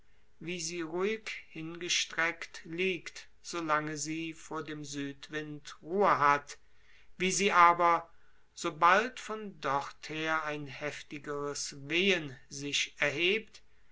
wie sie ruhig hingestreckt liegt so lange sie vor dem südwind ruhe hat wie sie aber sobald von dorther ein heftigeres wehen sich erhebt